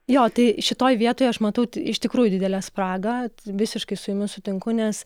jo tai šitoj vietoj aš matau iš tikrųjų didelę spragą visiškai su jumis sutinku nes